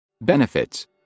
benefits